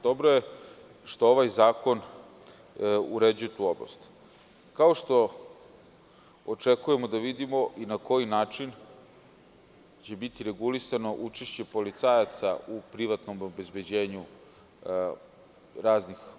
Dobro je što ovaj zakon uređuje tu oblast, kao što očekujemo da vidimo i na koji način će biti regulisano učešće policajaca u privatnom obezbeđenju raznih objekata.